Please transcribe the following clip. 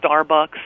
Starbucks